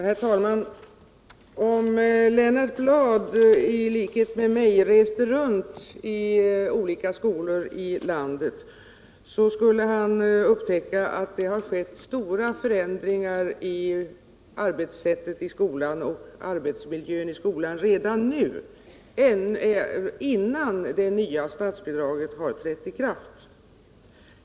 Herr talman! Om Lennart Bladh i likhet med mig reste runt till olika skolor i landet skulle han upptäcka att det har skett stora förändringar i arbetssättet och i arbetsmiljön i skolan redan nu, innan det nya statsbidraget har trätt i kraft.